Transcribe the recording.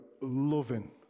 loving